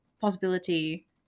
possibility